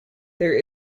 there